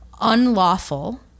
unlawful